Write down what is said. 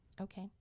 Okay